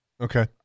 Okay